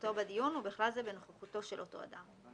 השתתפותו בדיון, ובכלל זה בנוכחותו של אותו אדם.